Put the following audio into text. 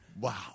Wow